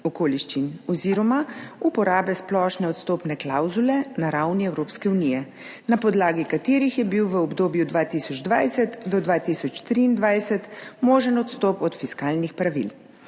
oziroma uporabe splošne odstopne klavzule na ravni Evropske unije, na podlagi katerih je bil v obdobju 2020 do 2023 možen odstop od fiskalnih pravil.